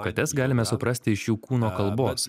kates galime suprasti iš jų kūno kalbos